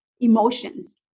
emotions